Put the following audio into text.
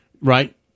right